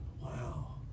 Wow